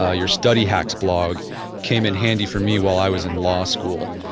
ah your study hacks blog came in handy for me while i was in law school.